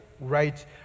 right